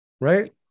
right